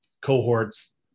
cohorts